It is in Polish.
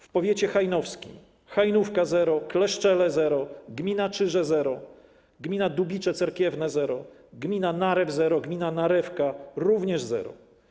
W powiecie hajnowskim: Hajnówka - zero, Kleszczele - zero, gmina Czyżew - zero, gmina Dubicze Cerkiewne - zero, gmina Narew - zero, gmina Narewka - również zero.